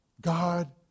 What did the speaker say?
God